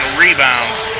rebounds